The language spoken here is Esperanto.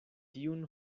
tiun